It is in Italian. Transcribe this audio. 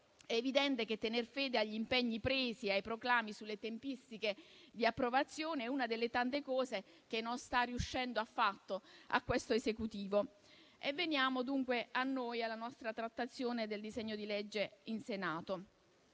È evidente che tener fede agli impegni presi e ai proclami sulle tempistiche di approvazione è una delle tante cose che non sta riuscendo affatto a questo Esecutivo. Veniamo dunque alla nostra trattazione del disegno di legge in Senato.